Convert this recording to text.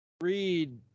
read